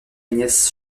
agnès